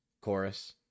chorus